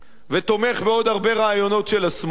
ותומך בעוד הרבה רעיונות של השמאל,